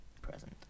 present